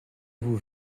vous